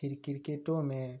फेर किरकेटोमे